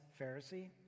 Pharisee